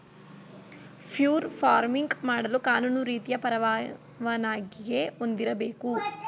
fur farming ಮಾಡಲು ಕಾನೂನು ರೀತಿಯ ಪರವಾನಿಗೆ ಹೊಂದಿರಬೇಕು